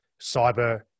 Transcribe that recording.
cyber